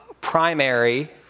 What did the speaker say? primary